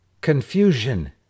confusion